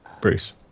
Bruce